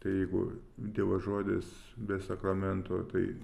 tai jeigu dievo žodis be sakramentų tai